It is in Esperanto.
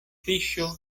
fiŝo